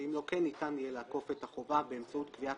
שאם לא כן ניתן יהיה לאכוף את החובה באמצעות קביעת